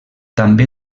també